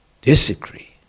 disagree